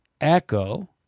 echo